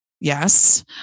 yes